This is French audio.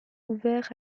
ouvert